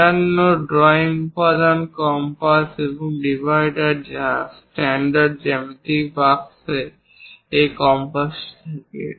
অন্যান্য ড্রয়িং উপাদান কম্পাস এবং ডিভাইডার স্ট্যান্ডার্ড জ্যামিতিক বাক্সে এই কম্পাসটি থাকে